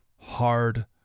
hard